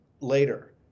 later